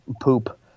poop